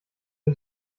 der